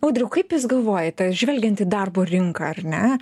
audriau kaip jūs galvojate žvelgiant į darbo rinką ar ne